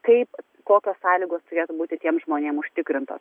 kaip kokios sąlygos turėtų būti tiems žmonėm užtikrintos